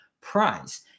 prize